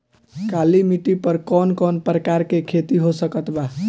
काली मिट्टी पर कौन कौन प्रकार के खेती हो सकत बा?